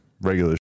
Regular